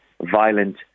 violent